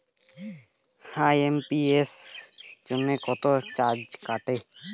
IMPS জন্য কত charge কাটে?